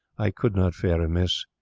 i could not fare amiss.